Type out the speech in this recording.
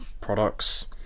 products